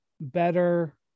better